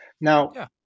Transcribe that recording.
Now